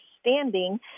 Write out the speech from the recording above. standing